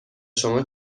شما